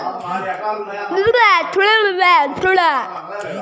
కొన్నిసార్లు స్టాక్ మార్కెట్లు క్రాష్ సమయంలో నిరుపయోగంగా మారవచ్చు